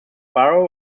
barrow